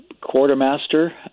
quartermaster